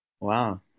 wow